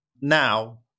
Now